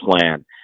plan